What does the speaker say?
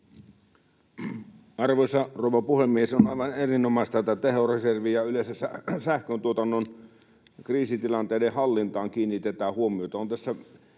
Arvoisa rouva puhemies! On aivan erinomaista, että tehoreserviin ja yleensä sähköntuotannon kriisitilanteiden hallintaan kiinnitetään huomiota.